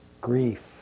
grief